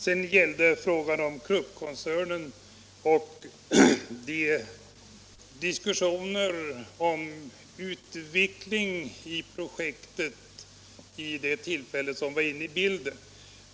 Sedan gällde frågan Kruppkoncernen och diskussionerna om utvecklingen av projektet när den var inne i bilden.